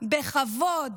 בכבוד,